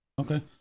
Okay